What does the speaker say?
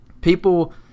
people